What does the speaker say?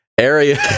Area